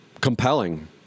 compelling